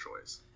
choice